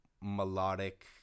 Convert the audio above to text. melodic